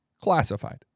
classified